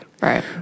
Right